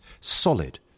solid